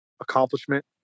accomplishment